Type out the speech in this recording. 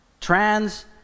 trans